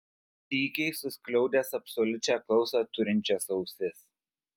tykiai suskliaudęs absoliučią klausą turinčias ausis